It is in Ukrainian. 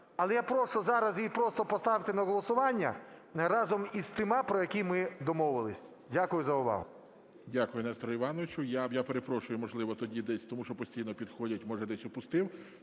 Але я прошу, зараз її просто поставте на голосування разом із тими, про які ми домовились. Дякую за увагу. ГОЛОВУЮЧИЙ. Дякую, Несторе Івановичу. Я перепрошую, можливо, тоді десь… Тому що постійно підходять, може, десь упустив.